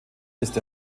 ist